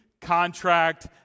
contract